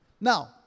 Now